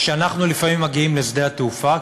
כשאנחנו לפעמים מגיעים לשדה תעופה,